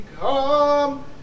come